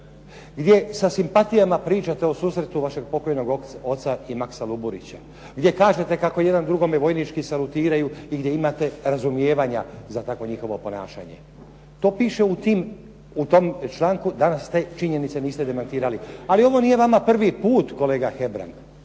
gdje sa simpatijama pričate o susretu vašeg pokojnog oca i Maksa Luburića, gdje kažete kako jedan drugome vojnički salutiraju i gdje imate razumijevanja za takvo njihovo ponašanje. To piše u tom članku. Danas te činjenice niste demantirali, ali ovo nije vama prvi put kolega Hebrang.